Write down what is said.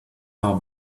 are